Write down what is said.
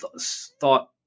thought